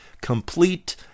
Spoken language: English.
complete